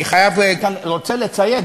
אני רוצה לציין,